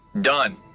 done